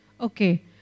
Okay